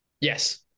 Yes